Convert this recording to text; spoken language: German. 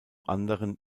anderen